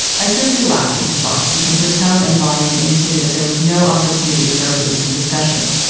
i simply laughed in response because her tone and volume indicated that there was no opportunity for a recent discussion.